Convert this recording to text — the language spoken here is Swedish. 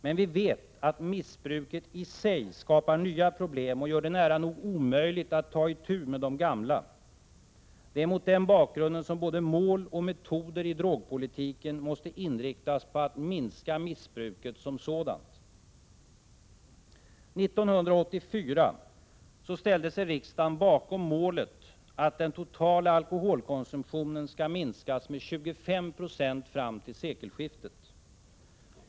Men vi vet att missbruket i sig skapar nya problem och gör det nära nog omöjligt att ta itu med de gamla. Det är mot den bakgrunden som både mål och metoder i drogpolitiken måste inriktas på att minska missbruket som sådant. 1984 ställde sig riksdagen bakom målet att den totala alkoholkonsumtionen skall minskas med 25 2 fram till sekelskiftet.